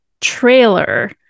trailer